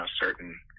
certain